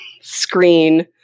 screen